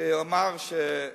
שאמר על